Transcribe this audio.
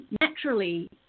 naturally